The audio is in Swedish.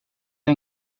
det